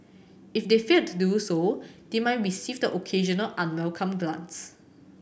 if they fail to do so they might receive the occasional unwelcome glance